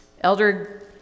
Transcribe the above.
Elder